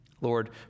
Lord